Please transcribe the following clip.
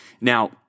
now